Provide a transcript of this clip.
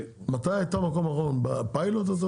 מתי הייתה מקום אחרון, בפיילוט הזה?